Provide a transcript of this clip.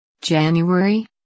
January